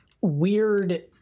weird